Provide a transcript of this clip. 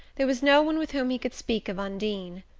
there was no one with whom he could speak of undine.